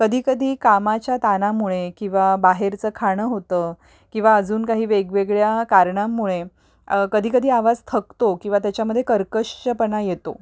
कधी कधी कामाच्या ताणामुळे किंवा बाहेरचं खाणं होतं किंवा अजून काही वेगवेगळ्या कारणांमुळे कधी कधी आवाज थकतो किंवा त्याच्यामध्ये कर्कशपणा येतो